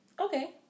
Okay